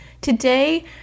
Today